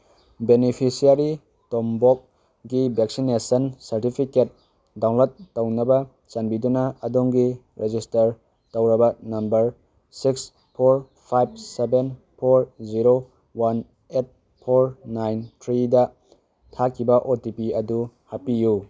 beneficiary ꯇꯣꯝꯕꯣꯛꯀꯤ vaccination certificate download ꯇꯧꯅꯕ ꯆꯥꯟꯕꯤꯗꯨꯅ ꯑꯗꯣꯝꯒꯤ ꯔꯦꯖꯤꯁꯇꯔ ꯇꯧꯔꯕ number six four five seven four zero one eight four nine ꯊ꯭ꯔꯤꯗ ꯊꯥꯈꯤꯕ ꯑꯣ ꯇꯤ ꯄꯤ ꯑꯩꯗꯨ ꯍꯥꯞꯄꯤꯌꯨ